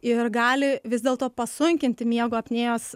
ir gali vis dėlto pasunkinti miego apnėjos